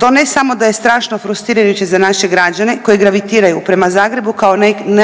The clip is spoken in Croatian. to ne samo da je strašno frustrirajuće za naše građane koji gravitiraju prema Zagrebu kao